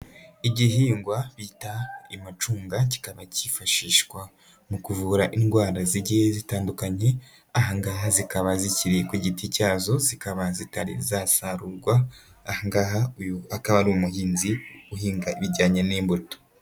Igihingwa bita amacunga, kikaba kifashishwa mu kuvura indwara zigiye zitandukanye, aha ngaha zikaba zikiri ku giti cyazo zikaba zitari zasarurwa, aha ngaha uyu akaba ari umuhinzi uhinga ibijyanye n'imbuto.